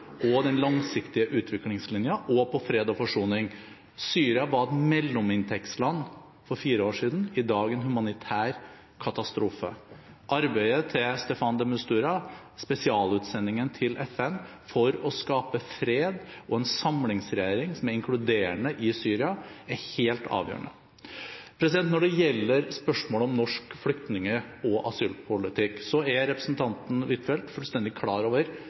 den langsiktige utviklingslinjen og for fred og forsoning. Syria var et mellominntektsland for fire år siden. I dag er landet en humanitær katastrofe. Arbeidet til Staffan de Mistura, spesialutsendingen til FN, for å skape fred og en samlingsregjering som er inkluderende i Syria, er helt avgjørende. Når det gjelder spørsmålet om norsk flyktninge- og asylpolitikk, er representanten Huitfeldt fullstendig klar over